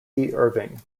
irving